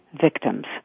victims